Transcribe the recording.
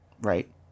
Right